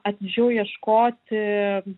atidžiau ieškoti